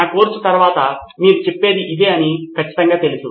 నా కోర్సు తర్వాత మీరు చెప్పేది ఇదే అని నాకు ఖచ్చితంగా తెలుసు